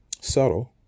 subtle